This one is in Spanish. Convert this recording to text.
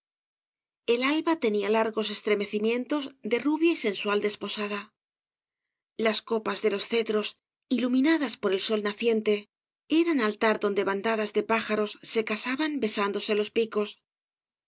el alba tenía largos ízs a obras de valle inclan jjjg estremecimientos de rubia y sensual desposada las copas de los cedros iluminadas por el sol naciente eran altar donde bandadas de pájaros se casaban besándose los picos